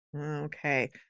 okay